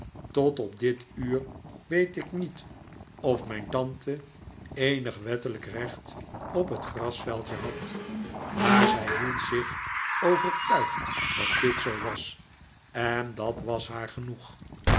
tot op dit uur weet ik niet of mijn tante eenig wettelijk recht op dat grasveldje had maar zij hield zich overtuigd dat dit zoo was en dat was haar genoeg